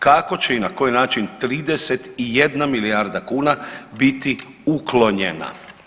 Kako će i na koji način 31 milijarda kuna biti uklonjena?